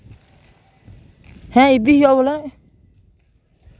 ᱦᱮᱸ ᱤᱫᱤᱭᱮᱭᱟ ᱚᱲᱟᱜ